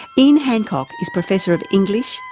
ian hancock is professor of english,